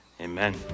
Amen